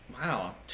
Wow